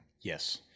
Yes